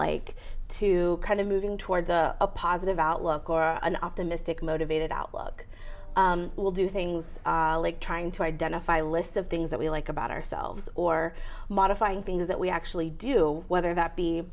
like to kind of moving towards a positive outlook or an optimistic motivated outlook will do things like trying to identify lists of things that we like about ourselves or modifying things that we actually do whether that be